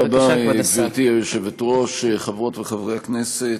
בבקשה, כבוד השר.